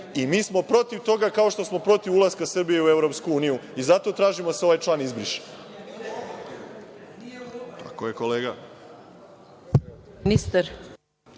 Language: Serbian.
i mi smo protiv toga kao što smo protiv ulaska Srbije u EU, i zato tražimo da se ovaj član izbriše. **Maja